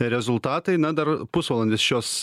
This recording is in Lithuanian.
rezultatai na dar pusvalandis šios